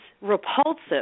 repulsive